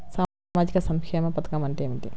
సామాజిక సంక్షేమ పథకం అంటే ఏమిటి?